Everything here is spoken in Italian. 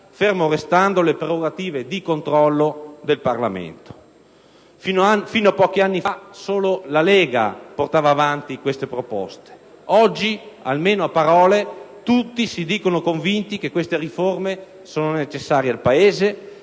ferme restando le prerogative di controllo del Parlamento. Fino a pochi anni fa, solo la Lega portava avanti queste proposte. Oggi, almeno a parole, tutti si dicono convinti che queste riforme sono necessarie al Paese,